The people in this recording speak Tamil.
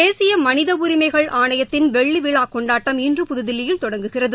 தேசிய மனித உரிமைகள் ஆணையத்தின் வெள்ளிவிழா கொண்டாட்டம் இன்று புதுதில்லியில் தொடங்குகிறது